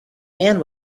man